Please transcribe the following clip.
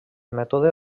mètode